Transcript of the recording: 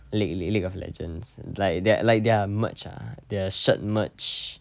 league league league of legends like that like their merch ah their shirt merch